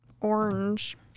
Orange